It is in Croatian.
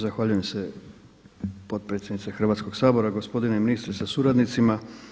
Zahvaljujem se potpredsjednice Hrvatskoga sabora, gospodine ministre sa suradnicima.